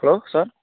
hello sir